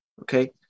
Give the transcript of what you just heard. okay